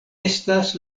estas